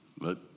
Let